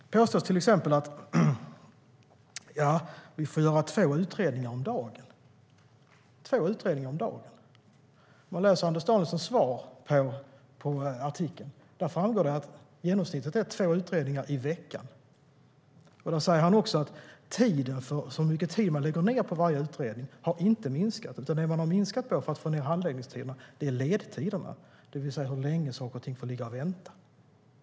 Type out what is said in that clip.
Det påstås till exempel att medarbetarna får göra två utredningar om dagen. Om man läser Anders Danielssons svar på artikeln framgår det att genomsnittet är två utredningar i veckan. Han säger också att den tid som läggs ned på varje utredning inte har minskat. Det man har minskat på för att få ned handläggningstiderna är ledtiderna, det vill säga hur länge saker och ting får ligga och vänta.